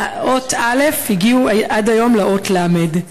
מהאות אל"ף הגיעו עד היום לאות למ"ד.